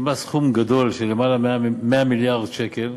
שילמה סכום גדול של למעלה מ-100 מיליארד שקל,